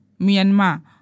Myanmar